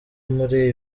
muri